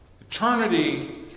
Eternity